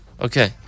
Okay